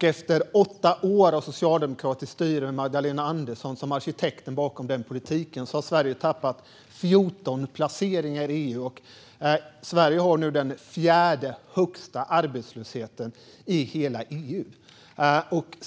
Efter åtta år av socialdemokratiskt styre med Magdalena Andersson som arkitekten bakom politiken har Sverige tappat 14 placeringar i EU. Sverige har nu den fjärde högsta arbetslösheten i hela EU.